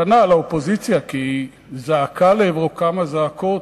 פנה לאופוזיציה, כי היא זעקה לעברו כמה זעקות.